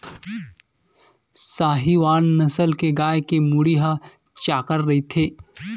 साहीवाल नसल के गाय के मुड़ी ह चाकर रहिथे